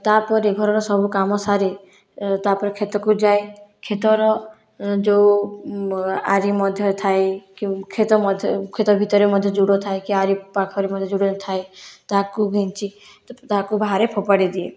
ତାପରେ ଘରର ସବୁ କାମ ସାରି ତାପରେ କ୍ଷେତକୁ ଯାଏ କ୍ଷେତର ଯେଉଁ ଆରି ମଧ୍ୟ ଥାଏ କି କ୍ଷେତ ମଧ୍ୟ କ୍ଷେତ ଭିତରେ ମଧ୍ୟ ଜୁଡ଼ ଥାଏ କି ଆରି ପାଖରେ ମଧ୍ୟ ଜୁଡ଼ ଥାଏ ତାକୁ ଘିଞ୍ଚି ତାକୁ ବାହାରେ ଫୋପାଡ଼ି ଦିଏ